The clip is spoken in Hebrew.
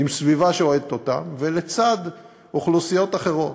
עם סביבה שאוהדת אותם, ולצד אוכלוסיות אחרות.